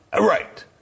Right